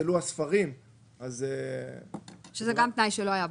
נפסלו הספרים --- זה גם תנאי שלא היה בעבר.